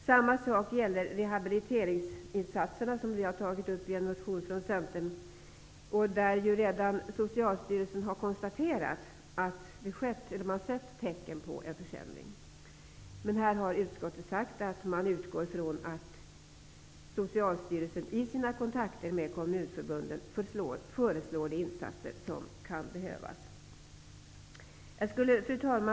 Samma sak gäller rehabiliteringsinsatserna, som vi i Centern har tagit upp i en motion. Socialstyrelsen har redan konstaterat att det har setts tecken på en försämring i det här avseendet. Utskottet har sagt att man utgår från att Socialstyrelsen i sina kontakter med kommunförbunden föreslår de insatser som kan behöva vidtas. Fru talman!